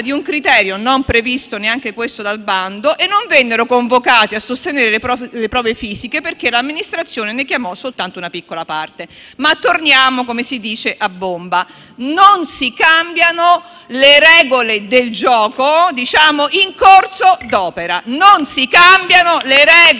di un criterio, non previsto neanche questo dal bando, e non vennero convocati a sostenere le prove fisiche perché l'amministrazione ne chiamò soltanto una piccola parte. Ma - come si dice - torniamo a bomba. Non si cambiano le regole del gioco in corso d'opera *(Applausi dal